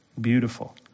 Beautiful